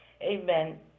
amen